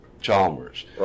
Chalmers